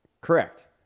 Correct